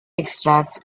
extracts